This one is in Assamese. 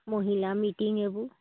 মহিলা মিটিং এইবোৰ